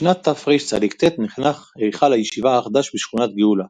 בשנת תרצ"ט נחנך היכל הישיבה החדש בשכונת גאולה.